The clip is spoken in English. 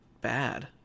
bad